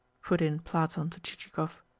put in platon to chichikov.